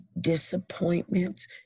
disappointments